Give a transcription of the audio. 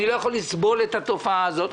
אני לא יכול לסבול את התופעה הזאת.